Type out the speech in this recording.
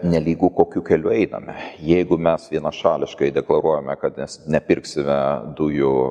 nelygu kokiu keliu einame jeigu mes vienašališkai deklaruojame kad mes nepirksime dujų